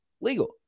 legal